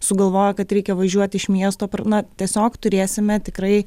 sugalvojo kad reikia važiuoti iš miesto na tiesiog turėsime tikrai